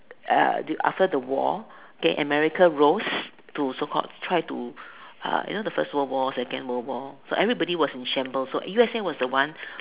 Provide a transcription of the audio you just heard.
uh after the war okay America rose to so called try to uh you know the first world war second world war so everybody was in shambles so U_S_A was the one